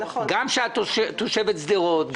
גם שאת תושבת שדרות,